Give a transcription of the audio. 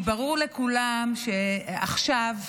ברור לכולם שעכשיו,